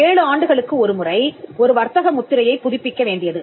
7 ஆண்டுகளுக்கு ஒருமுறை ஒரு வர்த்தக முத்திரையை புதுப்பிக்க வேண்டியது